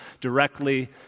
directly